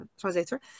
translator